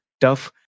tough